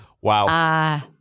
Wow